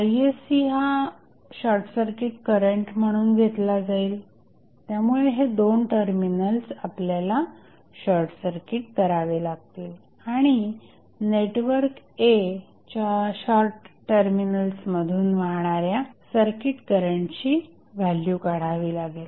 isc हा short circuit current म्हणून घेतला जाईल त्यामुळे हे 2 टर्मिनल्स आपल्याला शॉर्टसर्किट करावे लागतील आणि नेटवर्क A च्या शॉर्ट टर्मिनल्स मधून वाहणाऱ्या सर्किट करंटची व्हॅल्यू काढावी लागेल